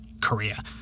Korea